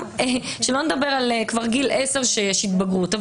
שלא לדבר שהיום כבר בגיל עשר יש בגרות,